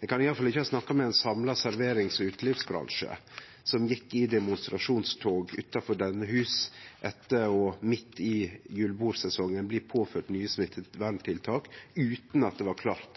Ein kan i alle fall ikkje ha snakka med ein samla serverings- og utelivsbransje, som gjekk i demonstrasjonstog utanfor dette huset etter midt i julebordsesongen å bli påført nye smitteverntiltak utan at det var klart